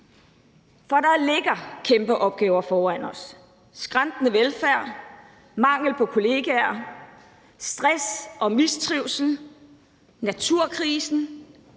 Der ligger kæmpe opgaver foran os: skrantende velfærd, mangel på kollegaer, stress og mistrivsel, naturkrisen,